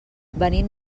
venim